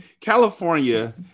California